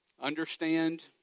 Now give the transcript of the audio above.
Understand